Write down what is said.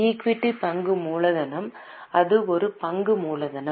equity பங்கு மூலதனம் அது ஒரு பங்கு மூலதனம்